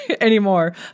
anymore